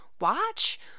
watch